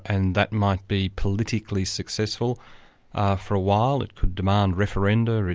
and that might be politically successful for a while. it could demand referenda,